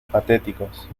patéticos